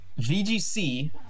VGC